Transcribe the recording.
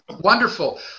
Wonderful